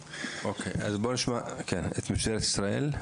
אוקיי, אז בואו נשמע את משטרת ישראל.